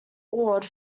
awed